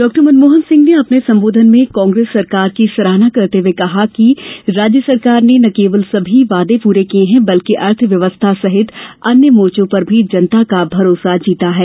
डॉ मनमोहन सिंह ने अपने संबोधन में कांग्रेस सरकार की सराहना करते हुए कहा कि प्रदेश सरकार ने न केवल सभी वादे पूरे किये हैं बल्कि अर्थव्यवस्था सहित अन्य मोर्चो पर भी जनता का भरोसा जीता है